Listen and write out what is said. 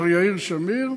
מר יאיר שמיר,